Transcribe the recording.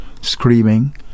screaming